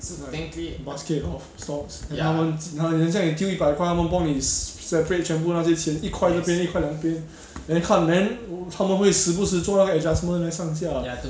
是 like basket of stocks then 他们好像你丢一百块他们帮你 s~ separate 全部那些钱一块一边一块两边 then 看 then 他们会时不时做那个 adjustment 来上下